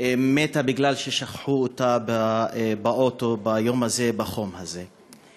מתה משום ששכחו אותה באוטו ביום הזה, בחום הזה.